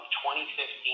2015